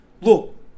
look